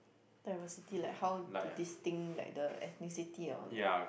diversity like how to this thing like the ethnicity and all like